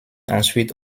ensuite